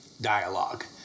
dialogue